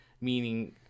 meaning –